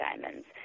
diamonds